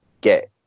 get